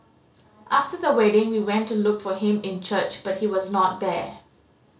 after the wedding we went to look for him in church but he was not there